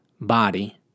body